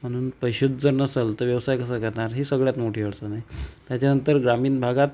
म्हणून पैसेच जर नसंल तर व्यवसाय कसा करणार ही सगळ्यात मोठी अडचण आहे त्याच्यानंतर ग्रामीण भागात